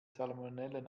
salmonellen